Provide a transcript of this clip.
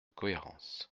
cohérence